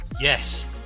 Yes